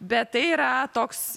bet tai yra toks